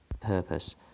purpose